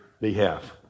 behalf